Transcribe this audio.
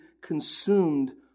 consumed